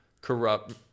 corrupt